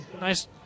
Nice